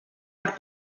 per